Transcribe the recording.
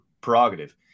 prerogative